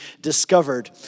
discovered